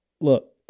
look